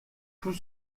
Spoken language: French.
tout